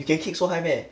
you can kick so high meh